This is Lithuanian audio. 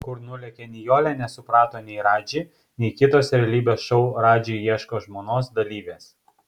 kur nulėkė nijolė nesuprato nei radži nei kitos realybės šou radži ieško žmonos dalyvės